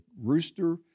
rooster